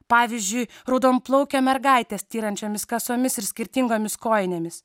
pavyzdžiui raudonplaukė mergaitė styrančiomis kasomis ir skirtingomis kojinėmis